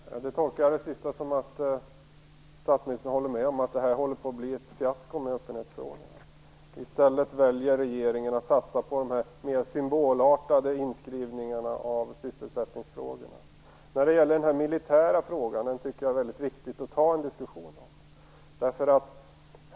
Fru talman! Jag tolkar det sista som att statsministern håller med om att öppenhetsfrågan håller på att bli ett fiasko. I stället väljer regeringen att satsa på de mer symbolartade inskrivningarna av sysselsättningsfrågorna. Jag tycker att det är väldigt viktigt att ta en diskussion om den militära frågan.